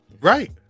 Right